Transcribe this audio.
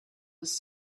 was